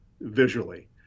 visually